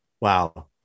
Wow